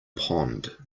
pond